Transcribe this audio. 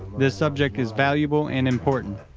this subject is valuable and important.